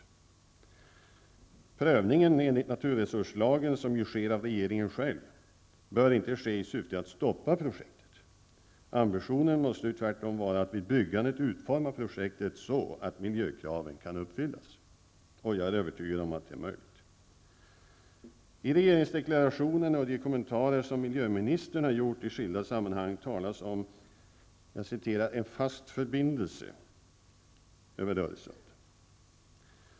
Men prövningen enligt naturresurslagen som nu sker av regeringen själv, bör inte ske i syfte att stoppa projektet. Ambitionen måste ju tvärtom vara att vid byggandet utforma projektet så att miljökraven kan uppfyllas. Jag är övertygad om att det är möjligt. I regeringsdeklarationen och i de kommentarer som miljöministern har gjort i skilda sammanhang talas om en ''fast förbindelse'' över Öresund.